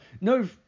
No